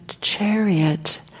chariot